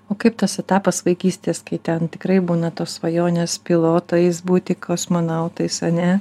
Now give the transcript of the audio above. o kaip tas etapas vaikystės kai ten tikrai būna tos svajonės pilotais būti kosmonautais a ne